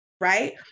right